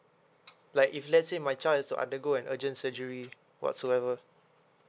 like if let's say my child has to undergo an urgent surgery whatsoever